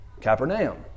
Capernaum